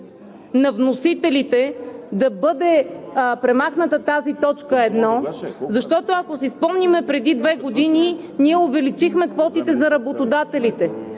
на вносителите да бъде премахната тази т. 1, защото, ако си спомним, преди две години увеличихме квотите за работодателите.